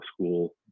school